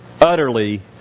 utterly